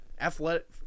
athletic